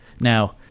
Now